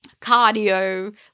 cardio